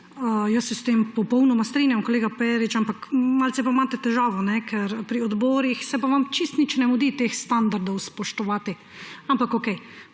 Jaz se s tem popolnoma strinjam, kolega Perič, ampak malce pa imate težavo. Pri odborih se pa vam čisto nič ne mudi teh standardov spoštovati. Ampak okej,